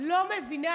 תודה,